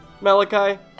Malachi